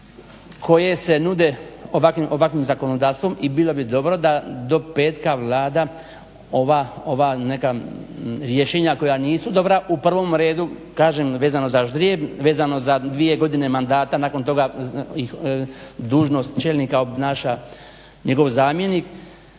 koje se nude ovakvim zakonodavstvom i bilo bi dobro da do petka Vlada ova neka rješenja koja nisu dobra u prvom redu kažem vezano za ždrijeb, vezano za dvije godine mandata nakon toga dužnost čelnika obnaša njegov zamjenik